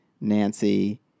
Nancy